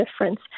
difference